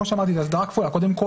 כמו שאמרתי זו הסדרה כפולה: קודם כל,